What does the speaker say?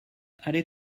allez